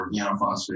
organophosphate